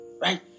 right